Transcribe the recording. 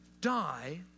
die